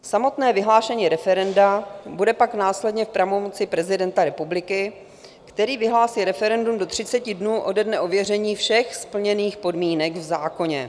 Samotné vyhlášení referenda bude pak následně v pravomoci prezidenta republiky, který vyhlásí referendum do 30 dnů ode dne ověření všech splněných podmínek v zákoně.